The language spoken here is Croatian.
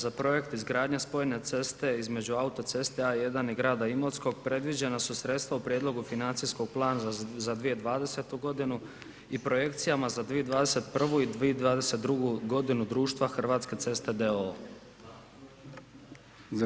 Za projekte izgradnje spojne ceste između autoceste A1 i grada Imotskoga predviđena su sredstva u Prijedlogu financijskog plana za 2020. g. i projekcijama za 2021. i 2022. g. društva Hrvatske ceste d.o.o.